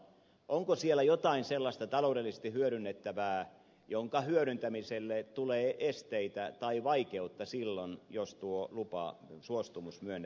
onko siellä jotain sellaista taloudellisesti hyödynnettävää jonka hyödyntäminen estyy tai vaikeutuu silloin jos tuo lupa suostumus myönnettäisiin